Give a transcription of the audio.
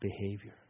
Behavior